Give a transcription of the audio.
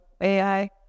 AI